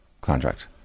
contract